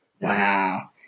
Wow